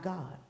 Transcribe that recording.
God